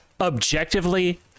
Objectively